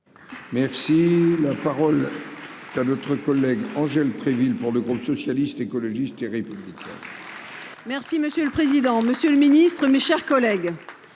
Merci, la parole est à notre collègue Angel. 13 villes pour le groupe socialiste, écologiste et républicain. Merci monsieur le président, Monsieur le Ministre, mes chers collègues,